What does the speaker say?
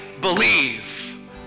believe